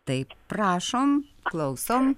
taip prašom klausom